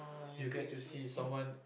you get to see someone